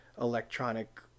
electronic